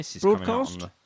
broadcast